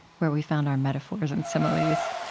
where we found our metaphors and similes.